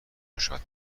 بشود